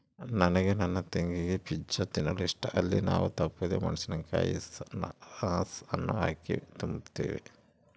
ನನಗೆ ನನ್ನ ತಂಗಿಗೆ ಪಿಜ್ಜಾ ತಿನ್ನಲು ಇಷ್ಟ, ಅಲ್ಲಿ ನಾವು ತಪ್ಪದೆ ಮೆಣಿಸಿನಕಾಯಿಯ ಸಾಸ್ ಅನ್ನು ಹಾಕಿ ತಿಂಬ್ತೀವಿ